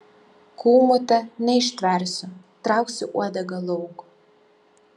kūmute neištversiu trauksiu uodegą lauk